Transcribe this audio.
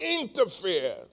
interfere